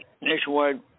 nationwide